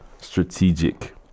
strategic